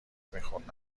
میخورد